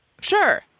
Sure